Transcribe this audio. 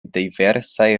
diversaj